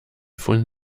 von